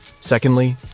Secondly